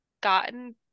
gotten